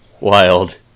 wild